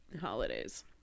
holidays